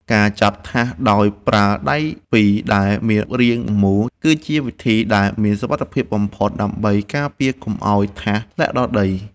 ការចាប់ថាសដោយប្រើដៃពីរដែលមានរាងមូល គឺជាវិធីដែលមានសុវត្ថិភាពបំផុតដើម្បីការពារកុំឱ្យថាសធ្លាក់ដល់ដី។